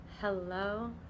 hello